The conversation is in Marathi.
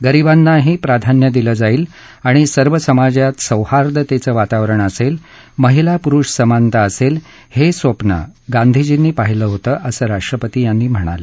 गरिबांनाही प्राधान्य दिलं जाईल आणि सर्व समाजात सोहार्दतेचं वातावरण असेल महिला पुरुष समानता असेल हे स्वप्न गांधीजींनी पाहिलं होतं असं राष्ट्रपती म्हणाले